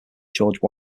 george